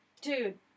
dude